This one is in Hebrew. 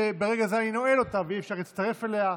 שברגע זה אני נועל אותה ואי-אפשר להצטרף אליה.